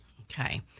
Okay